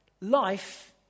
life